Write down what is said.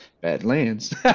Badlands